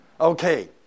Okay